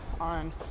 on